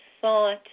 thought